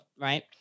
right